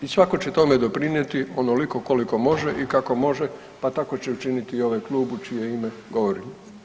I svako će tome doprinijeti onoliko koliko može i kako može pa tako će učiniti i ovaj klub u čije ime govorim.